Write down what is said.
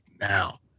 now